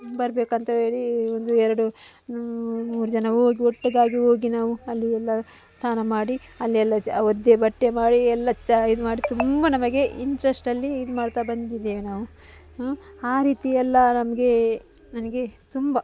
ಬರಬೇಕಂತ ಹೇಳಿ ಒಂದು ಎರಡು ಮೂರು ಜನ ಹೋಗಿ ಒಟ್ಟಾಗಿ ಹೋಗಿ ನಾವು ಅಲ್ಲಿ ಎಲ್ಲ ಸ್ನಾನ ಮಾಡಿ ಅಲ್ಲೆಲ್ಲ ಚ ಒದ್ದೆ ಬಟ್ಟೆ ಮಾಡಿ ಎಲ್ಲ ಚ ಇದು ಮಾಡಿ ತುಂಬ ನಮಗೆ ಇಂಟ್ರಸ್ಟಲ್ಲಿ ಇದುಮಾಡ್ತಾ ಬಂದಿದ್ದೇವೆ ನಾವು ಆ ರೀತಿಯೆಲ್ಲ ನಮಗೆ ನನಗೆ ತುಂಬ